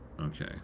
Okay